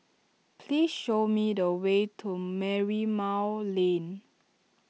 please show me the way to Merlimau Lane